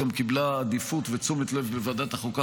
גם קיבלה עדיפות ותשומת לב בוועדת החוקה,